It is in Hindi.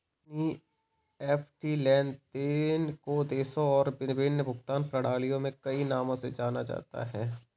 एन.ई.एफ.टी लेन देन को देशों और विभिन्न भुगतान प्रणालियों में कई नामों से जाना जाता है